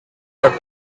their